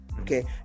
Okay